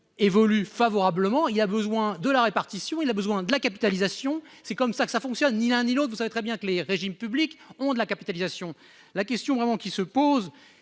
évolue favorablement. Il y a besoin de la répartition, il a besoin de la capitalisation c'est comme ça que ça fonctionne ni l'un ni l'autre. Vous savez très bien que les régimes publics ont de la capitalisation. La question avant qui se pose